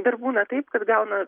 dar būna taip kad gauna